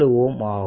4 ஆகும்